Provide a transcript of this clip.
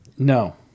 no